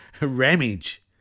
Ramage